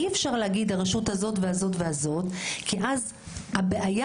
אי אפשר להגיד הרשות הזאת והזאת והזאת כי אז הבעיה